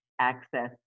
access